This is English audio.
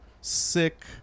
sick